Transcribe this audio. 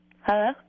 Hello